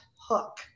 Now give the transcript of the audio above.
Hook